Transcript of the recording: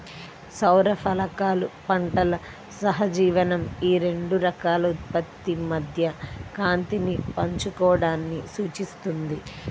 సౌర ఫలకాలు పంటల సహజీవనం ఈ రెండు రకాల ఉత్పత్తి మధ్య కాంతిని పంచుకోవడాన్ని సూచిస్తుంది